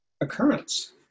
occurrence